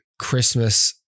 Christmas